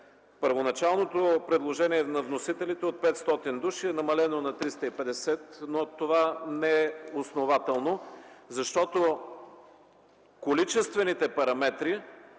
Първоначалното предложение на вносителите от 500 души е намалено на 350, но това не е основателно, защото количествените параметри